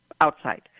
outside